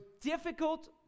difficult